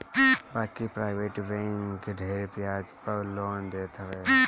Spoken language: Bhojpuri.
बाकी प्राइवेट बैंक ढेर बियाज पअ लोन देत हवे